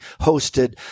hosted